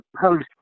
post